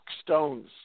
stones